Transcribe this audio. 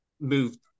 moved